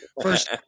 First